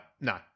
no